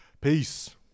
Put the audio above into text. Peace